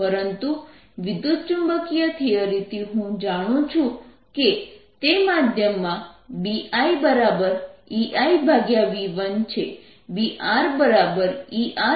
પરંતુ વિદ્યુતચુંબકીય થિયરીથી હું જાણું છું કે તે માધ્યમમાં BIEIv1 છે BRERv1 છે અને BTETv2 છે